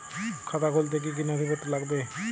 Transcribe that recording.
খাতা খুলতে কি কি নথিপত্র লাগবে?